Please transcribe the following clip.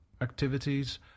activities